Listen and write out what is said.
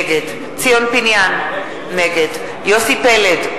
נגד ציון פיניאן, נגד יוסי פלד,